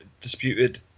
disputed